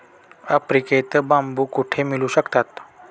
आफ्रिकेत बांबू कुठे मिळू शकतात?